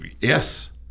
Yes